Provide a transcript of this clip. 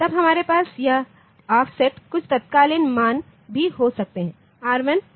तब हमारे पास यह ऑफसेटकुछ तात्कालिक मान भी हो सकते हैं R1 हैश 4